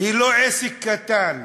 היא לא עסק קטן,